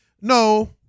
No